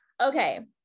Okay